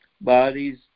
bodies